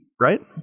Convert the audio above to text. right